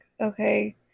okay